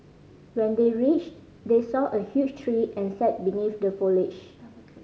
when they reached they saw a huge tree and sat beneath the foliage